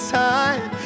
time